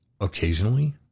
occasionally